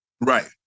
Right